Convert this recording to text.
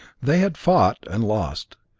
they had fought, and lost,